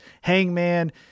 Hangman